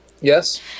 Yes